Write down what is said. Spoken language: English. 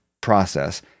process